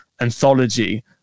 anthology